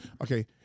Okay